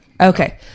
Okay